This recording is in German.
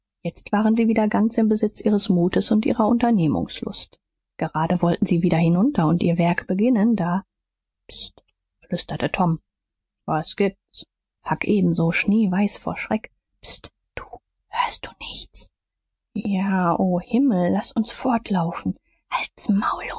jetzt waren sie wieder ganz im besitz ihres mutes und ihrer unternehmungslust gerade wollten sie wieder hinunter und ihr werk beginnen da pst flüsterte tom was gibt's huck ebenso schneeweiß vor schreck pscht du hörst du nichts ja o himmel laß uns fortlaufen halt's maul